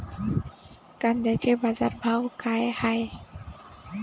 कांद्याचे बाजार भाव का हाये?